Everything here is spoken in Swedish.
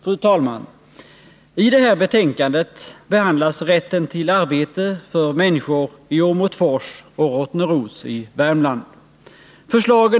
Fru talman! I det här betänkandet behandlas rätten till arbete för människorna i Åmotfors och Rottneros i Värmland.